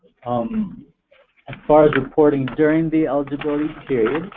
um as far as reporting during the eligibility period